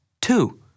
Two